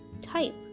type